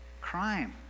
Crime